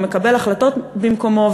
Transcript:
ומקבל החלטות במקומו,